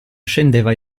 scendeva